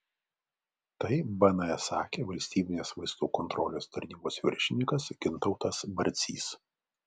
tai bns sakė valstybinės vaistų kontrolės tarnybos viršininkas gintautas barcys